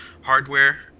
hardware